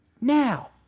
now